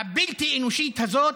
הבלתי-אנושית הזאת,